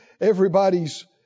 everybody's